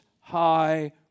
High